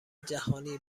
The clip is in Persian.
جهانی